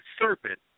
serpent